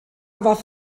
fath